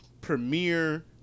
premiere